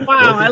Wow